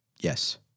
Yes